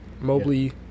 Mobley